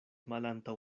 malantaŭ